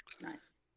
nice